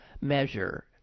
measure